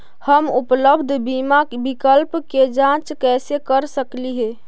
हम उपलब्ध बीमा विकल्प के जांच कैसे कर सकली हे?